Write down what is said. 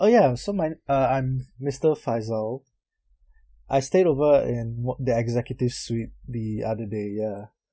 oh ya so my uh I'm mister faisal I stayed over in what the executive suite the other day ya